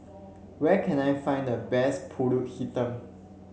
where can I find the best pulut Hitam